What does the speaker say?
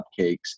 cupcakes